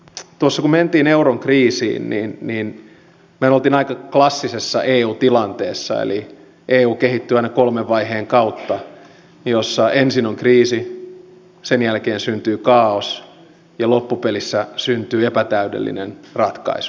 tuossa kun mentiin euron kriisiin niin me olimme aika klassisessa eu tilanteessa eli eu kehittyy aina kolmen vaiheen kautta joista ensin on kriisi sen jälkeen syntyy kaaos ja loppupelissä syntyy epätäydellinen ratkaisu